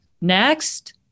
Next